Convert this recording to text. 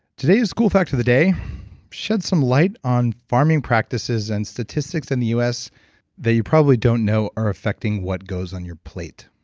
today's cool fact of the day shed some light on farming practices and statistics in the us that you probably don't know are affecting what goes on your plate.